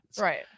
right